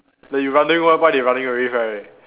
then you wondering why why they running away right